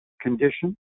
condition